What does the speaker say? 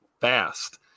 fast